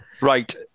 right